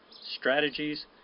strategies